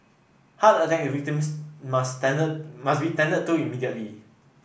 heart attack victims must tended must be tended to immediately